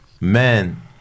men